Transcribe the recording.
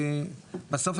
כי בסוף,